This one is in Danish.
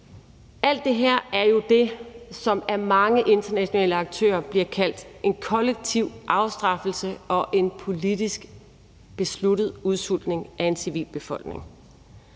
Alt det her er jo det, som af mange internationale aktører bliver kaldt en kollektiv afstraffelse og en politisk besluttet udsultning af en civilbefolkning.